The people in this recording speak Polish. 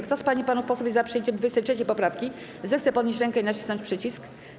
Kto z pań i panów posłów jest za przyjęciem 23. poprawki, zechce podnieść rękę i nacisnąć przycisk.